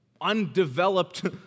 undeveloped